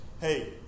Hey